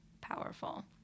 powerful